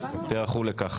תיערכו לכך.